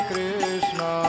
Krishna